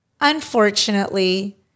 Unfortunately